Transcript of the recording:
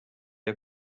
are